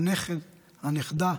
הנכד, הנכדה,